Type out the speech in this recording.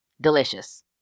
Delicious